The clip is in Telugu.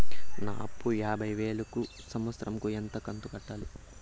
నా అప్పు యాభై వేలు కు సంవత్సరం కు ఎంత కంతు కట్టాలి?